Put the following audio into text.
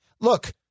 Look